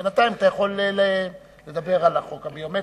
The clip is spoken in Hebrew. בינתיים אתה יכול לדבר על החוק הביומטרי,